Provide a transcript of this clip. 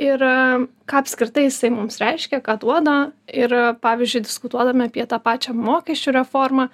ir ką apskritai jisai mums reiškia ką duoda ir pavyzdžiui diskutuodami apie tą pačią mokesčių reformą